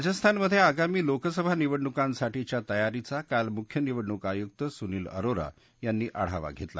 राजस्थानमधे आगामी लोकसभा निवडणुकांसाठीच्या तयारीचा काल मुख्य निवडणूक आयुक्त सुनिल अरोरा यांनी आढावा धेतला